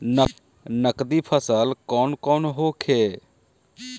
नकदी फसल कौन कौनहोखे?